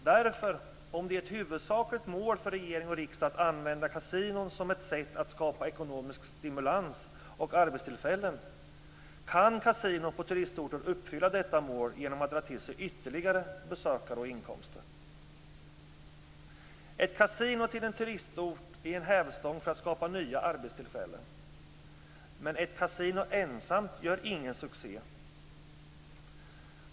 Därför, om det är ett huvudsakligt mål för regering och riksdag att använda kasinon som ett sätt att skapa ekonomisk stimulans och arbetstillfällen, kan kasinon på turistorter uppfylla detta mål genom att dra till sig ytterligare besökare och inkomster. Ett kasino till en turistort är en hävstång för att skapa nya arbetstillfällen. Men ett kasino ensamt gör ingen succé.